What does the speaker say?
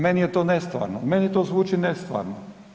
Meni je to nestvarno, meni to zvuči nestvarno.